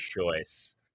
choice